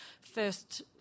first